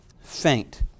faint